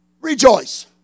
rejoice